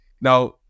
Now